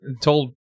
told